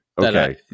Okay